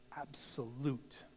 absolute